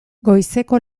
goizeko